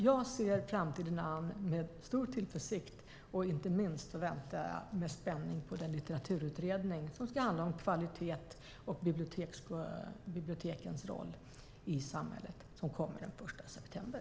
Jag ser framtiden an med stor tillförsikt. Inte minst väntar jag med spänning på den litteraturutredning, som ska handla om kvalitet och bibliotekens roll i samhället, som kommer den 1 september.